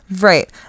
Right